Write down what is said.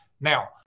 Now